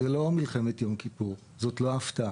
זו לא מלחמת יום כיפור, זאת לא הפתעה.